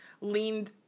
leaned